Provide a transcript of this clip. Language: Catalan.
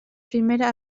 primera